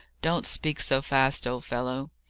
don't speak so fast, old fellow.